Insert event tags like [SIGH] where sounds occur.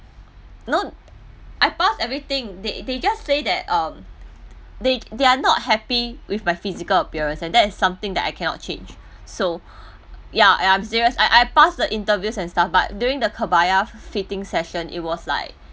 no I pass everything they they just say that um they they are not happy with my physical appearance and that is something that I cannot change so [BREATH] ya and I'm serious I I pass the interview and stuff but during the kebaya f~ fitting session it was like